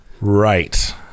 Right